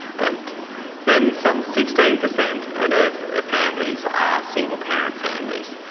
and then some sixteen per cent and of ah families are single parent families.